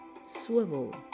Swivel